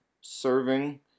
serving